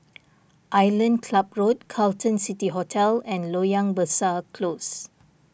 Island Club Road Carlton City Hotel and Loyang Besar Close